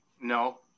No